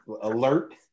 alert